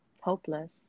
hopeless